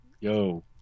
Yo